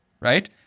right